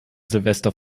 silvester